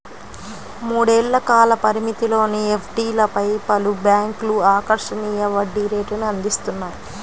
మూడేళ్ల కాల పరిమితిలోని ఎఫ్డీలపై పలు బ్యాంక్లు ఆకర్షణీయ వడ్డీ రేటును అందిస్తున్నాయి